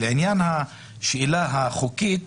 לעניין השאלה החוקית